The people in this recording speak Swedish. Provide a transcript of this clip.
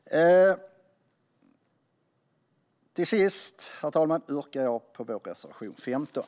Till sist, herr talman, yrkar jag bifall till vår reservation nr 15.